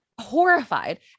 horrified